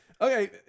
Okay